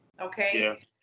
okay